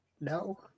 No